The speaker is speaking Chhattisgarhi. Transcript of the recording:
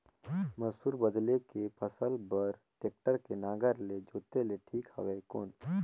मसूर बदले के फसल बार टेक्टर के नागर ले जोते ले ठीक हवय कौन?